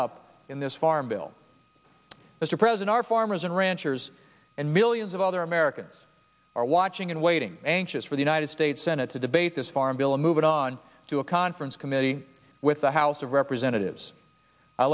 up in this farm bill as a present our farmers and ranchers and millions of other americans are watching and waiting anxious for the united states senate to debate this farm bill and move it on to a conference committee with the house of representatives i